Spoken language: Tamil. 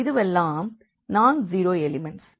இதுவெல்லாம் நான்ஜீரோ எலிமண்ட்ஸ்